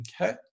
Okay